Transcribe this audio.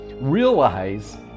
realize